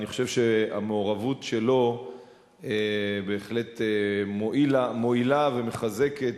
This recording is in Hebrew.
אני חושב שהמעורבות שלו בהחלט מועילה ומחזקת